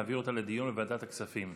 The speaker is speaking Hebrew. להעביר אותה לדיון בוועדת הכספים.